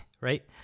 right